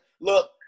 Look